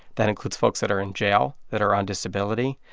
that includes folks that are in jail, that are on disability.